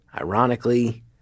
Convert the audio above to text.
ironically